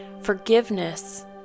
Forgiveness